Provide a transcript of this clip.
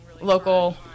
local